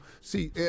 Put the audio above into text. See